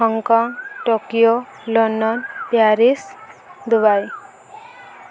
Hong Kong Tokyo London Paris Dubai